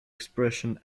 expression